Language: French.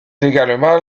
également